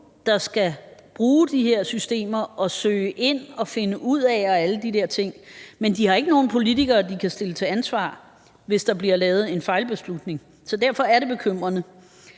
der skal bruge de her systemer og søge ind og finde ud af og alle de der ting. Men de har ikke nogen politikere, de kan stille til ansvar, hvis der bliver lavet en fejlbeslutning, så derfor er det bekymrende.